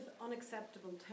unacceptable